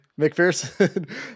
McPherson